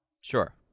Sure